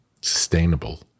sustainable